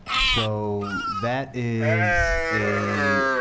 so that is a